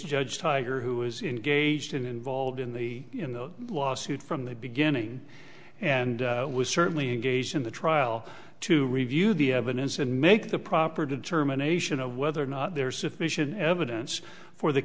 case judge tiger who was in gauged involved in the in the lawsuit from the beginning and was certainly a gaze in the trial to review the evidence and make the proper determination of whether or not there is sufficient evidence for the